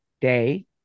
day